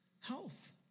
health